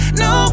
no